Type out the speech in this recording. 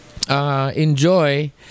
Enjoy